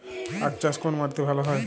আখ চাষ কোন মাটিতে ভালো হয়?